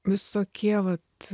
visokie vat